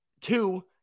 Two